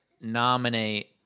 nominate